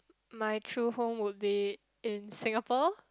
my true home would be in Singapore